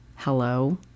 Hello